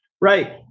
Right